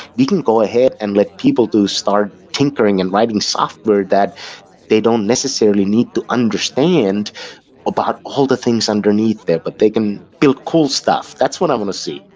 we can go ahead and let people to start tinkering and writing software that they don't necessarily need to understand about all the things underneath there, but they can build cool stuff. that's what i want to see.